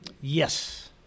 Yes